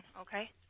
Okay